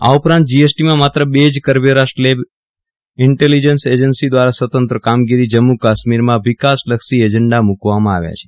આ ઉપરાંત જીએસટીમાં માત્ર બે જ કરવેરા સ્લેબ ઇન્ટેલીજન્સ એજન્સી દ્વારા સ્વતંત્ર કામગીરી જમ્મુકાશ્મીરમાં વિકાસલક્ષી એજન્ડા મૂકવામાં આવ્યા છે